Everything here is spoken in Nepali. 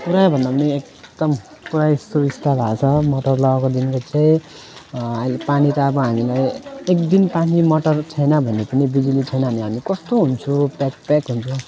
पुरा भन्दा पनि एकदम पुरै सुबिस्ता भएको छ मोटर लगाएको दिनदेखि चाहिँ अहिले पानी त अब हामीलाई एक दिन पानी मोटर छैन बने पनि बिजुली छैन भने हामी कस्तो हुन्छौँ प्याक प्याक हुन्छौँ